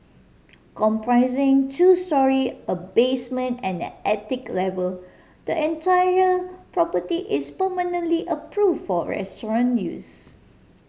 comprising two storey a basement and an attic level the entire property is permanently approve for restaurant use